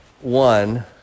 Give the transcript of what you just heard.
One